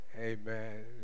Amen